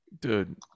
dude